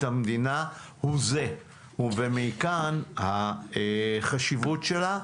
המדינה הוא זה ומכאן החשיבות שלה.